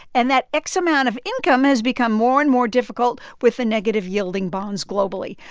and that x amount of income has become more and more difficult with the negative yielding bonds globally.